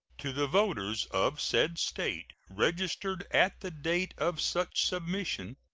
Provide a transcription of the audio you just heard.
to the voters of said state registered at the date of such submission,